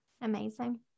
Amazing